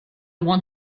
want